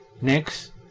Next